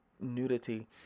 nudity